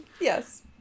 yes